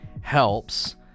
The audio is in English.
helps